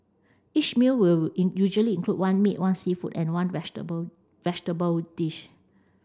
each meal will usually include one meat one seafood and one vegetable vegetable dish